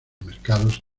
mercados